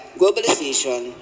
globalization